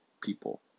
people